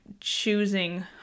choosing